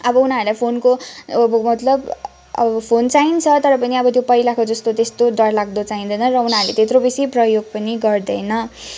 फोनको अब मतलब अब फोन चाहिन्छ तर पनि पहिलाको जस्तो त्यस्तो डरलाग्दो चाहिँदैन उनीहरूले त्यत्रो बेसी प्रयोग पनि गर्दैन